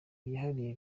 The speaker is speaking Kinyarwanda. byihariye